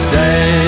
day